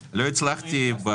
הצלחתי.